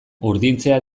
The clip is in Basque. urdintzea